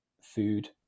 food